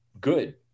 good